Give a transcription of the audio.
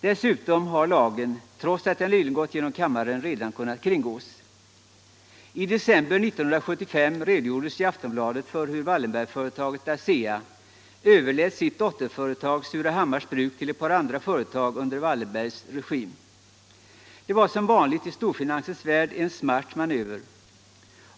Dessutom har lagen trots att den nyligen varit föremål för riksdagsbehandling redan kunnat kringgås. I december 1975 redogjordes i Aftonbladet för hur Wallenbergföretaget ASEA överlät sitt dotterföretag Surahammars Bruk till ett par andra företag under Wallenbergs regim. Det var som vanligt i storfinansens värld en smart manöver.